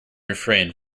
refrain